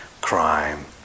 crime